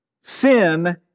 sin